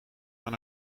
aan